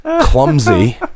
clumsy